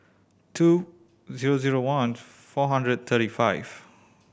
two zero zero one four hundred thirty five